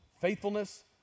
faithfulness